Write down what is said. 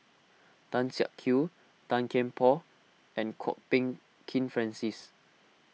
Tan Siak Kew Tan Kian Por and Kwok Peng Kin Francis